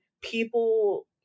people